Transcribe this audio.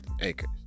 acres